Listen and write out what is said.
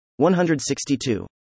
162